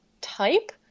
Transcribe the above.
type